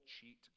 cheat